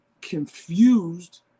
confused